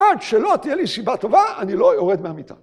עד שלא תהיה לי סיבה טובה, אני לא יורד מהמיטה.